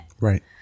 Right